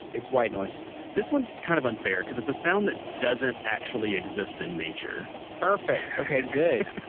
it's white noise this one's kind of unfair because it's a sound that doesn't actually exist in nature perfect. okay. good.